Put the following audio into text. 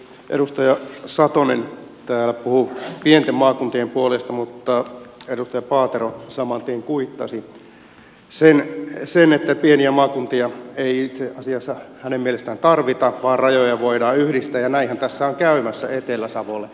edustaja satonen täällä puhui pienten maakuntien puolesta mutta edustaja paatero saman tien kuittasi sen että pieniä maakuntia ei itse asiassa hänen mielestään tarvita vaan rajoja voidaan yhdistää ja näinhän tässä on käymässä etelä savolle